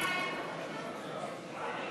חוק